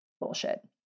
bullshit